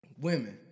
Women